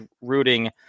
rooting